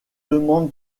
demande